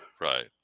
Right